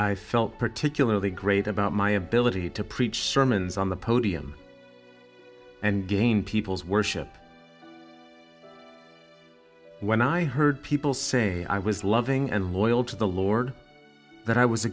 i felt particularly great about my ability to preach sermons on the podium and gain people's worship when i heard people say i was loving and loyal to the lord that i was a